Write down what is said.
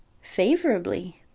favorably